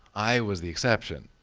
i was the exception.